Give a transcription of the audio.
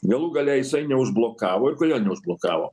galų gale jisai neužblokavo ir kodėl neužblokavo